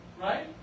Right